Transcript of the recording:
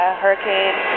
hurricane